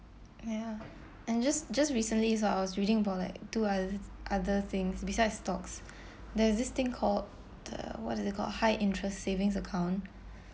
ya and just just recently so I was reading about like two other t~ other things besides stocks there's this thing called the high interest savings account